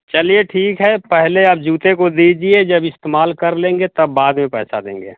चलिए ठीक है पहले आप जूते को दीजिए जब इस्तेमाल कर लेंगे तब बाद में पैसा देंगे